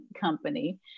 company